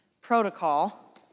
protocol